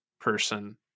person